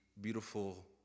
beautiful